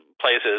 places